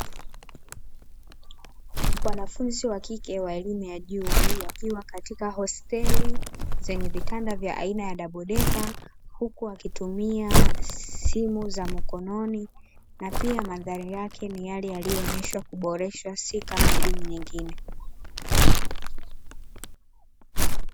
Wanafunzi wakike wa elimu ya juu wakiwa katika hosteli wakiwa juu ya vitanda aina ya dabo deka wakiwa wanatumia simu za mkononi huku pakionekana mandhara ikiwa imeboreshwa sio kama shule zingine